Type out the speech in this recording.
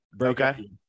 Okay